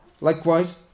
Likewise